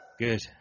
good